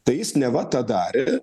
tai jis neva tą darė